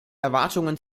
erwartungen